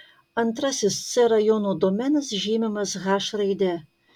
antrasis c rajono domenas žymimas h raide